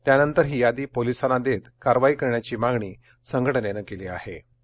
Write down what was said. त्यानंतर ही यादी पोलिसांना देत कारवाई करण्याची मागणी संघटनेनं केली बाहे